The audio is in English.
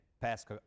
past